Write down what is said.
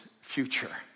Future